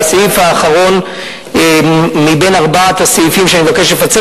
הסעיף האחרון מבין ארבעת הסעיפים שאני מבקש לפצל,